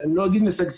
אני לא אגיד משגשגת,